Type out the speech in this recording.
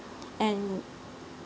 and